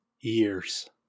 Years